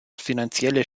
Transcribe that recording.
finanzielle